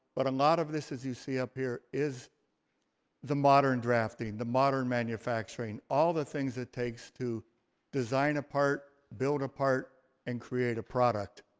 but a lot of this, as you see up here, is the modern drafting, the modern manufacturing, all of the things it takes to design a part, build a part and create a product.